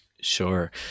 sure